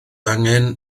angen